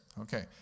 okay